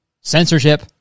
Censorship